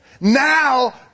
Now